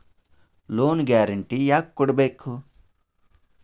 Loan guarantee ಯಾಕ್ ಕೊಡ್ಬೇಕು?